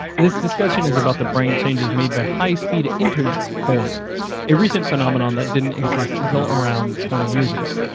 this discussion is about the brain changes made by high speed internet porn a recent phenomenon that didn't exist until around twenty years ago.